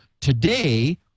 today